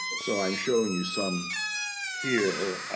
so i'm showing you some here.